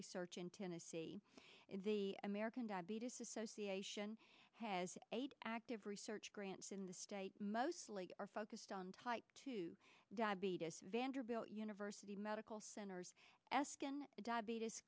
research in tennessee in the american diabetes association has eight active research grants in the state mostly are focused on type two diabetes vanderbilt university medical centers eschaton diabetes